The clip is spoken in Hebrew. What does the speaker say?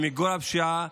מיגור הפשיעה,